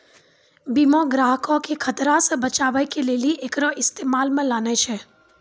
बीमा ग्राहको के खतरा से बचाबै के लेली एकरो इस्तेमाल मे लानै छै